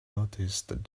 noticed